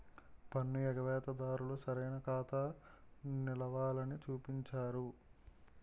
పన్ను ఎగవేత దారులు సరైన ఖాతా నిలవలని చూపించరు